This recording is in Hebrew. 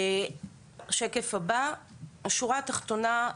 בשורה התחתונה,